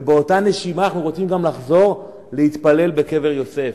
ובאותה נשימה: אנחנו רוצים גם לחזור להתפלל בקבר-יוסף.